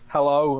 Hello